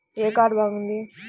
ఏ card బాగుంది?